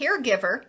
caregiver